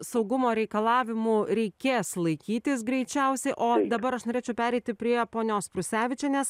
saugumo reikalavimų reikės laikytis greičiausiai o dabar aš norėčiau pereiti prie ponios prusevičienės